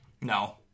No